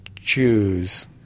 choose